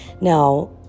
Now